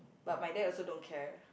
but my dad also don't care